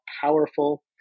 powerful